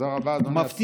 תודה רבה, אדוני השר.